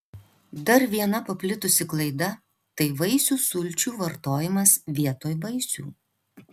dar viena paplitusi klaida tai vaisių sulčių vartojimas vietoj vaisių